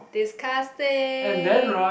disgusting